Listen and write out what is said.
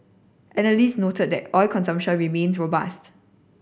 analysts noted that oil consumption remains robust